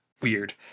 weird